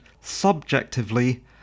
subjectively